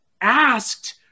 asked